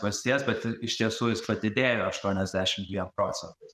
valstijas bet iš tiesų jis padidėjo aštuoniasdešim dviem procentais